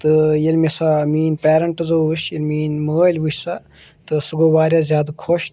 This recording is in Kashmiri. تہٕ ییٚلہِ مےٚ سُہ مینۍ پیرَنٹسو وُچھ مینۍ مٲل وچھ سۄ تہٕ سُہ گوٚو وارِیاہ زیادٕ خۄش تہٕ